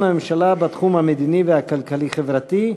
הממשלה בתחום המדיני ובתחום הכלכלי-חברתי.